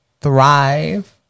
thrive